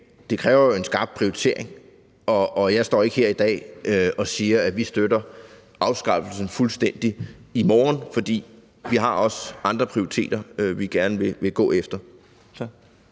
det kræver jo en skarp prioritering, og jeg står ikke her i dag og siger, at vi støtter afskaffelsen fuldstændig i morgen, for vi har også andre prioriteter, vi gerne vil gå efter.